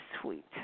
sweet